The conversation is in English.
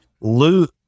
loot